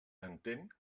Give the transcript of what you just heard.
entén